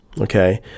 okay